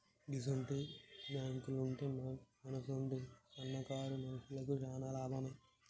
గిసుంటి బాంకులుంటే మనసుంటి సన్నకారు మనుషులకు శాన లాభమే